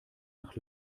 nach